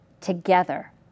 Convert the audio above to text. together